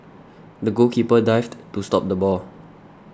the goalkeeper dived to stop the ball